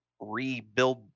rebuild